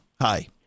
hi